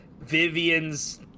Vivian's